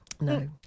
No